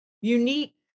unique